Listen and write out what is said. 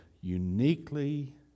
uniquely